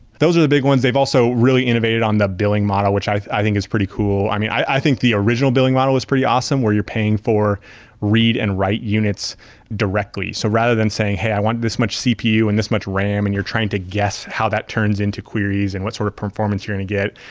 those are the big ones. they've also really innovated on the billing model, which i i think is pretty cool. i mean, i think the original billing model is pretty awesome where you're paying for read and write units directly. so rather than saying, hey, i want this much cpu and this much ram, and you're trying to guess how that turns into queries and what sort of performance you're going to get.